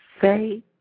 say